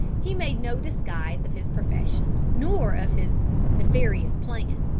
he made no disguise of his profession, nor of his nefarious plan.